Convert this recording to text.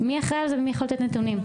מי אחראי על זה ומי יכול לתת נתונים?